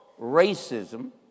racism